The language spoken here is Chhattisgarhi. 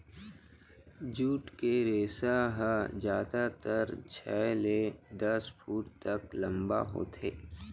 जूट के रेसा ह जादातर छै ले दस फूट तक लंबा होथे